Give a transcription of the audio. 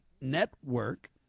Network